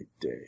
day